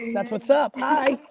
that's what's up. hi.